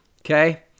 Okay